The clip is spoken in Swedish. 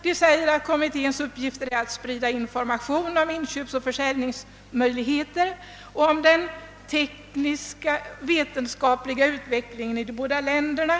Det sägs: »Bland kommitténs uppgifter är att sprida information om inköpsoch försäljningsmöjligheter samt om den teknisk-vetenskapliga utvecklingen i de båda länderna.